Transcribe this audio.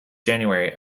january